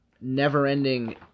never-ending